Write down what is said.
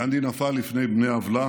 גנדי נפל בידי בני עוולה,